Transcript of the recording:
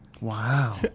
Wow